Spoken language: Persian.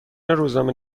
روزنامه